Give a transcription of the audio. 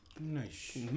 nice